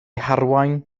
harwain